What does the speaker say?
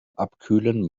abkühlen